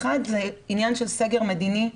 האחד זה עניין של סגר מדיני,